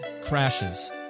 crashes